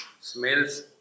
smells